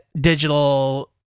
digital